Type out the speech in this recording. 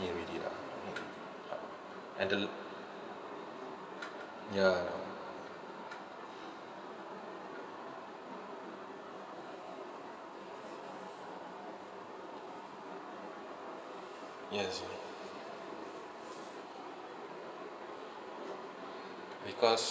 already lah and the ya yes because